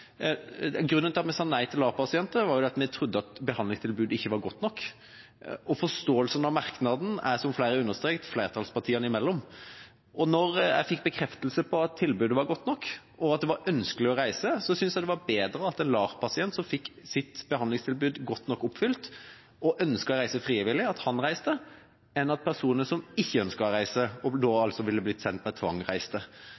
vi trodde behandlingstilbudet ikke var godt nok. Forståelsen av merknaden er, som flere har understreket, flertallspartiene imellom. Og da jeg fikk bekreftelse på at tilbudet var godt nok, og at det var ønskelig å reise, syntes jeg det var bedre at en LAR-pasient som ville få sitt behandlingsbehov godt nok oppfylt, og som ønsket å reise frivillig, reiste, enn at personer som ikke ønsket å reise, og som da ville blitt sendt med